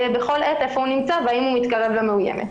יודעים בכל עת היכן הוא נמצא והאם הוא מתקרב למאוימת,